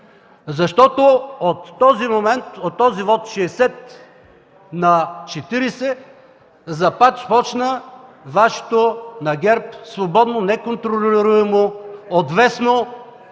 Защото от този момент, от този вот 60 на 40 започна Вашето, на ГЕРБ, свободно, неконтролируемо отвесно